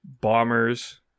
Bombers